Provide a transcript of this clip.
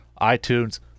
iTunes